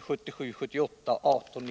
1977/78:1892.